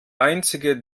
einzige